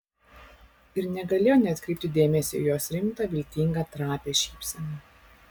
ir negalėjo neatkreipti dėmesio į jos rimtą viltingą trapią šypseną